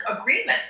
agreement